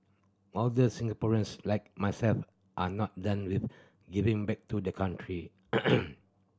older Singaporeans like myself are not done with giving back to the country